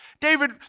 David